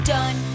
Done